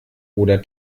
oder